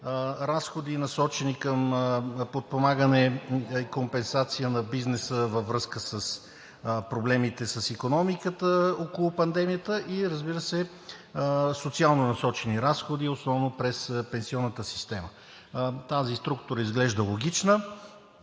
разходи, насочени към подпомагане и компенсация на бизнеса във връзка с проблемите с икономиката около пандемията и, разбира се, социално насочени разходи, основно през пенсионната система. Тази структура изглежда логична